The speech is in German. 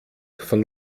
von